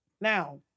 Now